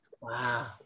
Wow